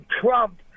Trump